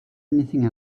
anything